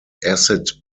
acid